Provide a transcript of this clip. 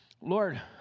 Lord